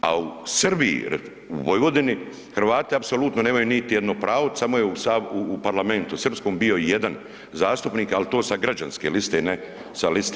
A u Srbiji u Vojvodini Hrvati apsolutno nemaju niti jedno pravo samo je u Parlamentu srpskom bio jedan zastupnik, ali to sa građanske liste, ne sa liste.